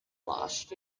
last